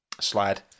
slide